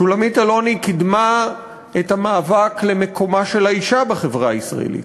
שולמית אלוני קידמה את המאבק על מקומה של האישה בחברה הישראלית,